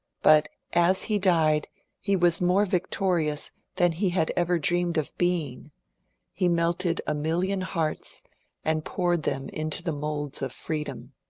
but as he died he was more viotorious than he had ever dreamed of being he melted a million hearts and poured them into the moulds of freedom.